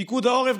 פיקוד העורף,